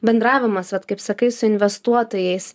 bendravimas vat kaip sakai su investuotojais